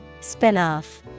Spin-off